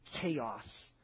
chaos